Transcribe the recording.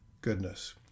goodness